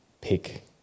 pick